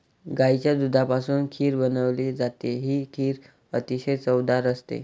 गाईच्या दुधापासून खीर बनवली जाते, ही खीर अतिशय चवदार असते